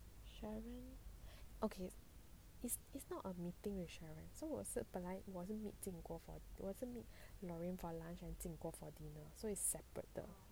cheryl okay it's it's not a meeting with cheryl so 我是本来我已经 meet jian guo 我已经 meet loraine for lunch jian guo for dinner so it's separate 的